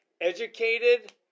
educated